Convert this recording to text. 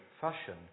fashion